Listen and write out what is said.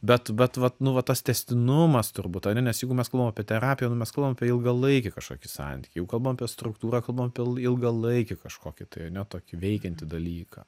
bet bet vat nu va tas tęstinumas turbūt ane nes jeigu mes kalbam apie terapiją nu mes kalbam apie ilgalaikį kažkokį santykį jau kalbam apie struktūrą kalbam apie il ilgalaikį kažkokį tai ane tokį veikiantį dalyką